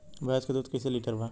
भैंस के दूध कईसे लीटर बा?